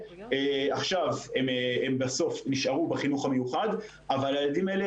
בסוף הם נשארו בחינוך המיוחד אבל הילדים האלה